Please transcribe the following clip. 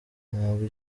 ntabwo